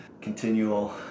continual